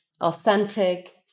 authentic